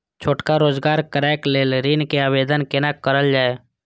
छोटका रोजगार करैक लेल ऋण के आवेदन केना करल जाय?